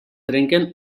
trenquen